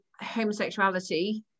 homosexuality